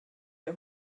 der